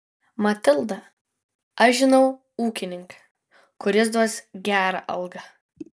matilda aš žinau ūkininką kuris duos gerą algą